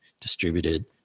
distributed